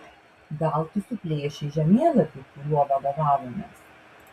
gal tu suplėšei žemėlapį kuriuo vadovavomės